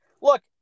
look